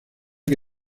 que